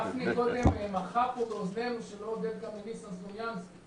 גפני מקודם מחה פה באוזנינו שלא הודית גם לניסן סלומינסקי.